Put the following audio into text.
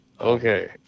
Okay